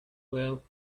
well